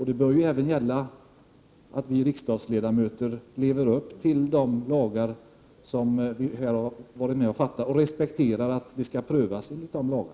Det bör även vara så att vi riksdagsledamöter lever upp till de lagar som vi här har varit med om att fatta beslut om och respekterar en prövning med utgångspunkt i dessa lagar.